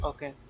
Okay